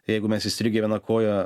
jeigu mes įstrigę viena koja